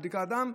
בדיקת הדם,